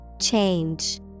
Change